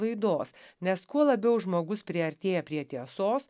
laidos nes kuo labiau žmogus priartėja prie tiesos